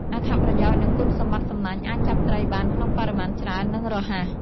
អត្ថប្រយោជន៍ និងគុណសម្បត្តិសំណាញ់អាចចាប់ត្រីបានក្នុងបរិមាណច្រើន និងរហ័ស។